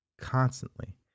constantly